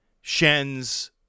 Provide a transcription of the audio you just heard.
Shen's